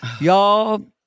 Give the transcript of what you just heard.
Y'all